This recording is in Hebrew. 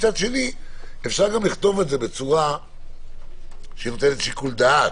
אפשר לכתוב את זה בצורה שנותנת שיקול דעת,